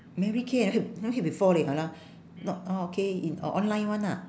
mary kay I hea~ never hear before leh online not orh K in orh online one lah